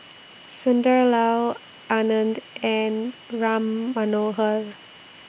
Sunderlal Anand and Ram Manohar